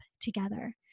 together